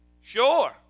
Sure